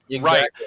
Right